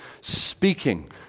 speaking